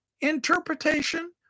interpretation